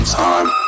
time